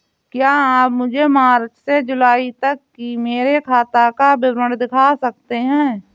क्या आप मुझे मार्च से जूलाई तक की मेरे खाता का विवरण दिखा सकते हैं?